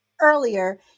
earlier